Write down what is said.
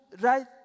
right